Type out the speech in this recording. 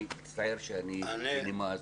אני מצטער שאני מביא את הדברים בנימה הזאת.